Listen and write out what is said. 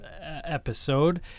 episode